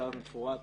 מכתב מפורט